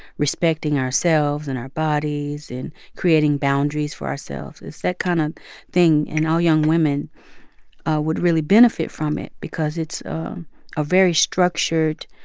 respecting ourselves and our bodies, and creating boundaries for ourselves. it's that kind of thing, and all young women would really benefit from it because it's a very structured,